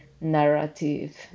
narrative